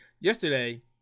yesterday